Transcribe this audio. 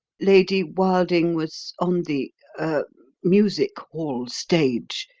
lady wilding was on the er music-hall stage.